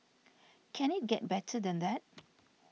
can it get better than that